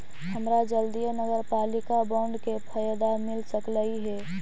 हमरा जल्दीए नगरपालिका बॉन्ड के फयदा मिल सकलई हे